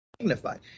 signified